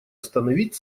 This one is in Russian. остановить